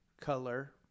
color